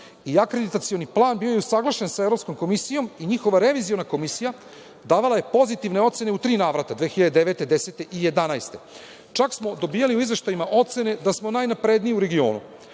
i akreditacioni plan bio je usaglašen sa Evropskom komisijom i njihova reviziona komisija davala je pozitivne ocene u tri navrata 2009, 2010. i 2011. godine, čak smo dobijali u izveštajima ocene da smo najnapredniji u regionu,